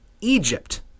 Egypt